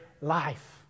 life